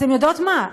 אתן יודעות מה?